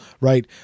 right